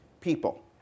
people